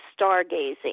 stargazing